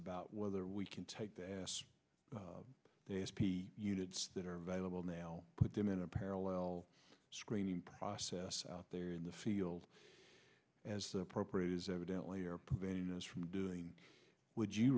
about whether we can take the ass units that are available now put them in a parallel screening process out there in the field as appropriate is evidently or preventing us from doing would you